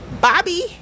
Bobby